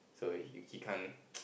so he he can't